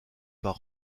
par